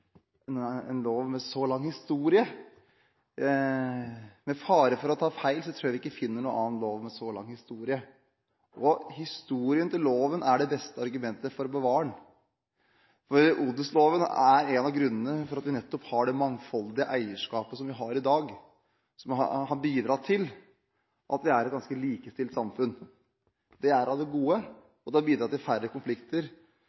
endre en lov med så lang historie. Med fare for å ta feil tror jeg ikke vi finner noen annen lov med så lang historie. Historien til loven er det beste argumentet for å bevare den. Odelsloven er en av grunnene til at vi nettopp har det mangfoldige eierskapet som vi har i dag, som har bidratt til at vi er et ganske likestilt samfunn. Det er av det